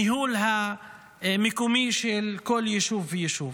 לניהול המקומי של כל יישוב ויישוב.